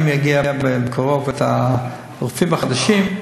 אם יגיעו בקרוב הרופאים החדשים,